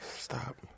Stop